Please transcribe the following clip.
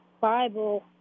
Bible